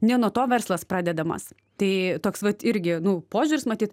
ne nuo to verslas pradedamas tai toks vat irgi nu požiūris matyt